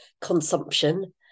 consumption